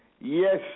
Yes